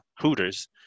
Hooters